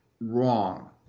wrong